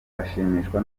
ashimishwa